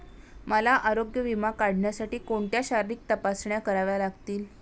मला आरोग्य विमा काढण्यासाठी कोणत्या शारीरिक तपासण्या कराव्या लागतील?